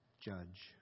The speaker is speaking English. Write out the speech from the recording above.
judge